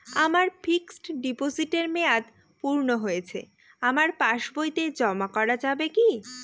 আমার ফিক্সট ডিপোজিটের মেয়াদ পূর্ণ হয়েছে আমার পাস বইতে জমা করা যাবে কি?